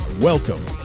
Welcome